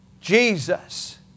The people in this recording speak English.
Jesus